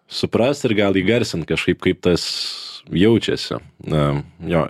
suprast ir gal įgarsint kažkaip kaip tas jaučiasi na jo